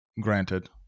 granted